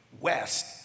West